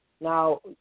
Now